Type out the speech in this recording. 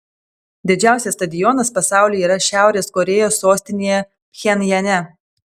didžiausias stadionas pasaulyje yra šiaurės korėjos sostinėje pchenjane